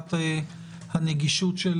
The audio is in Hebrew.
שאלת הנגישות של